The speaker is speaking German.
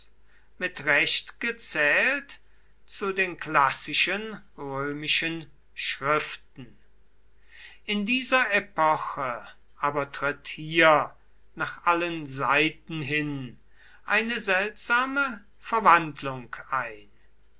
mit recht gezählt zu den klassischen römischen schriften in dieser epoche aber tritt hier nach allen seiten hin eine seltsame verwandlung ein